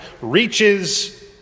reaches